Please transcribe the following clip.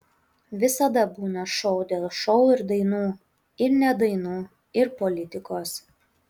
visada būna šou dėl šou ir dainų ir ne dainų ir politikos